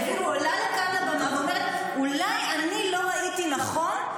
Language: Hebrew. היא אפילו עולה לכאן לבמה ואומרת: אולי אני לא ראיתי נכון,